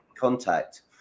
contact